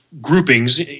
groupings –